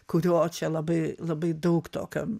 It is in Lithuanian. kurio čia labai labai daug tokio